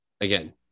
again